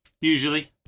Usually